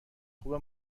خوبه